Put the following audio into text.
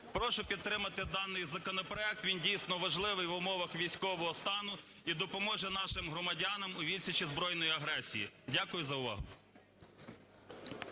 Прошу підтримати даний законопроект. Він дійсно важливий в умовах військового стану і допоможе нашим громадянам у відсічі збройної агресії. Дякую за увагу.